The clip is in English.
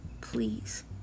Please